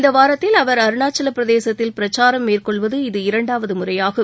இந்த வாரத்தில் அவர் அருணாச்சலப்பிரசேத்தில் பிரச்சாரம் மேற்கொள்வது இது இரண்டாவது முறையாகும்